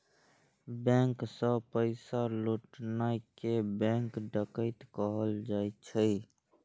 bank सं पैसा लुटनाय कें बैंक डकैती कहल जाइ छै